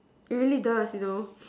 it really does you know